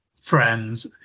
friends